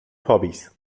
hobbies